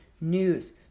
news